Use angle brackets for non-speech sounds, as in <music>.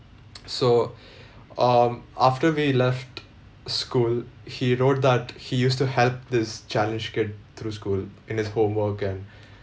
<noise> so um after we left school he wrote that he used to help this challenged kid through school in his homework and